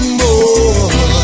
more